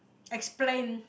explain